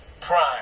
Prime